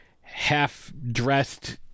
half-dressed